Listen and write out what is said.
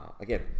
Again